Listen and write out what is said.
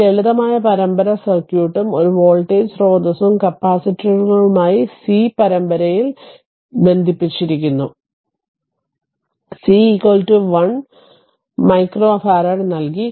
ഈ ലളിതമായ പരമ്പര സർക്യൂട്ടും ഒരു വോൾട്ടേജ് സ്രോതസ്സും കപ്പാസിറ്ററുകളുമായി സി പരമ്പരയിൽ ബന്ധിപ്പിച്ചിരിക്കുന്നു c 1 മൈക്രോ ഫാരഡ് നൽകി